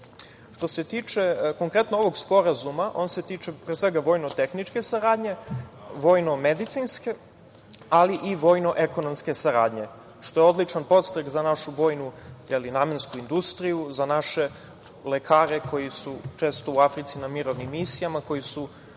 se tiče konkretno ovog sporazuma, on se tiče pre svega vojno-tehničke saradnje, vojno-medicinske, ali i vojno-ekonomske saradnje, što je odličan podstrek za našu vojnu namensku industriju, za naše lekare koji su često u Africi na mirovnim misijama, koji su